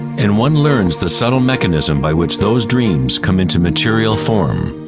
and one learns the subtle mechanism by which those dreams come into material form.